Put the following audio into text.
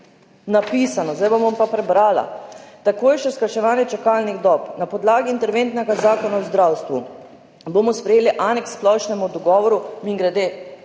napisano, zdaj vam bom pa prebrala: »Takojšnje skrajševanje čakalnih dob. Na podlagi interventnega zakona o zdravstvu bomo sprejeli aneks k splošnemu dogovoru,« mimogrede,